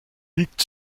liegt